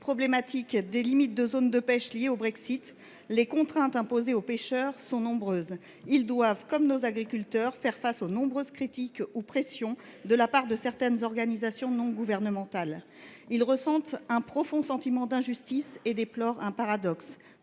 problématique de la délimitation des zones de pêche liée au Brexit, les contraintes imposées aux pêcheurs sont nombreuses. Ils doivent, comme nos agriculteurs, faire face aux nombreuses critiques ou pressions de la part de certaines organisations non gouvernementales. Ils ressentent un profond sentiment d’injustice et déplorent un paradoxe